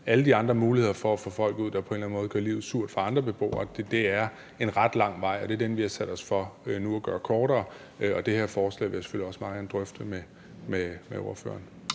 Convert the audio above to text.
alle de andre grunde til at få folk, der på en eller anden måde gør livet surt for andre beboere, ud, så er det en ret lang vej at gå, og det er den, vi nu har sat os for at gøre kortere. Og jeg vil selvfølgelig også meget gerne drøfte det her forslag